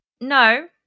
No